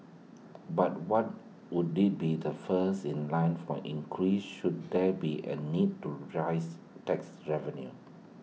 but what would they be the first in line for an increase should there be A need to raise tax revenue